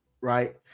right